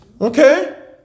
Okay